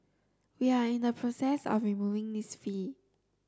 we are in the process of removing this fee